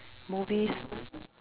movies